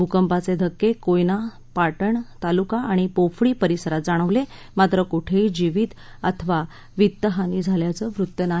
भूकंपाचे धक्के कोयना पाटण तालुका आणि पोफ़ळी परिसरात जाणवले मात्र कोठेही जीवित अथवा वित्तहानी झाल्याचे वृत्त नाही